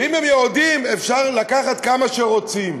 ואם הם יהודים אפשר לקחת כמה שרוצים.